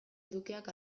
edukiak